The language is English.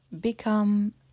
Become